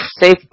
safe